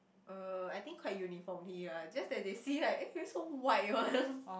uh I think quite uniformly just that they see like eh why so white one